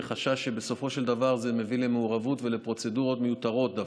וחשש שבסופו של דבר זה מביא למעורבות ולפרוצדורות מיותרות דווקא,